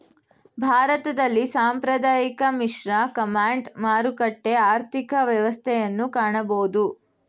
ಭಾರತದಲ್ಲಿ ಸಾಂಪ್ರದಾಯಿಕ, ಮಿಶ್ರ, ಕಮಾಂಡ್, ಮಾರುಕಟ್ಟೆ ಆರ್ಥಿಕ ವ್ಯವಸ್ಥೆಯನ್ನು ಕಾಣಬೋದು